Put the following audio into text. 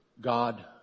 God